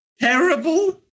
terrible